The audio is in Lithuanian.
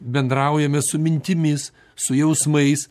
bendraujame su mintimis su jausmais